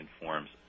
informs